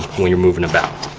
when you're moving about.